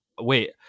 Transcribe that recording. wait